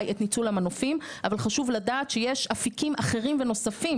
את ניצול המנופים אבל חשוב לדעת שיש אפיקים אחרים ונוספים